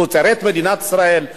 תוצרת מדינת ישראל,